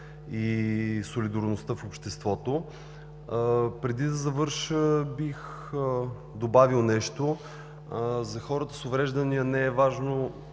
и солидарността в обществото. Преди да завърша, бих добавил нещо – за хората с увреждания не е важно